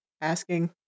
asking